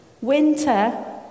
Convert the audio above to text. Winter